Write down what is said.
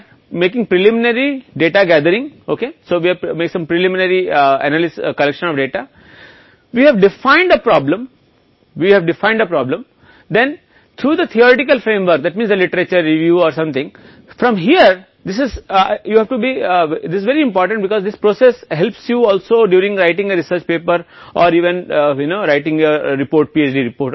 अतः हम जो प्रारंभिक डेटा एकत्र कर रहे हैं उस अवलोकन से एक अवलोकन अधिकार है इसलिए हमें कुछ प्रारंभिक विश्लेषण डेटा एकत्र करना होगा जिसे हमने एक समस्या परिभाषित किया है फिर सैद्धांतिक फ्रेम वर्क के माध्यम से जिसका अर्थ है एक साहित्य समीक्षा या यहाँ यह महत्वपूर्ण है क्योंकि यह प्रक्रिया है लेखन शोध पत्र के दौरान भी आपकी मदद करता है या यहां तक कि पीएचडी रिपोर्ट